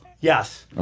Yes